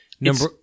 number